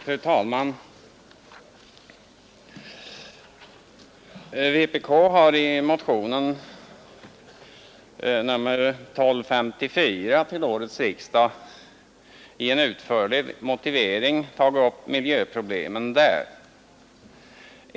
Fru talman! Vänsterpartiet kommunisterna har i motionen 1254 till årets riksdag med en utförlig motivering behandlat miljöproblemen.